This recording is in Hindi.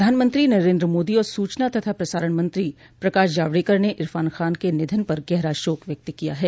प्रधानमंत्री नरेन्द्र मोदी और सूचना तथा प्रसारण मंत्री प्रकाश जावड़ेकर न इरफान खान के निधन पर गहरा शोक व्यक्त किया है